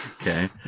Okay